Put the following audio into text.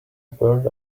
burned